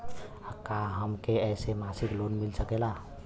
का हमके ऐसे मासिक लोन मिल सकेला?